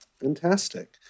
Fantastic